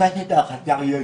חסר הישע.